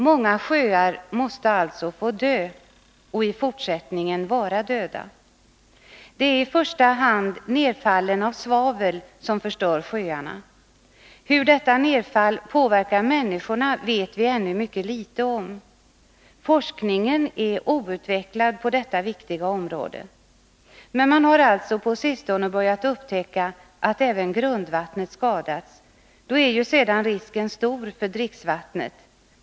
Många sjöar måste alltså få dö — och i fortsättningen vara döda. Det är i första hand nedfallet av svavel som förstör sjöarna. Hur detta nedfall påverkar människorna vet vi ännu mycket litet om. Forskningen är outvecklad på detta viktiga område. Men man har alltså på sistone börjat upptäcka att även grundvattnet har skadats. Då är sedan risken stor för dricksvattnet.